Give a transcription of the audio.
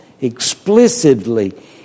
explicitly